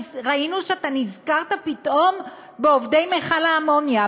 ראינו שאתה נזכרת פתאום בעובדי מכל האמוניה.